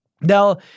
Now